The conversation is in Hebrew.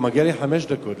מגיעות לי חמש דקות.